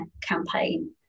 campaign